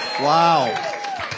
Wow